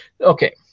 Okay